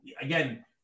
again